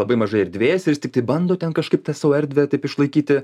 labai mažai erdvės ir jis tiktai bando ten kažkaip tą savo erdvę taip išlaikyti